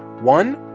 one.